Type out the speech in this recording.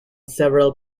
several